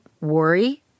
worry